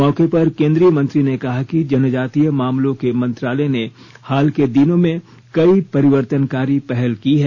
मौके पर केन्द्रीय मंत्री ने कहा कि जनजातीय मामलों के मंत्रालय ने हाल के दिनों में कई परिवर्तनकारी पहल की है